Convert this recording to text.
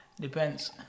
Depends